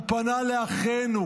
הוא פנה לאחינו,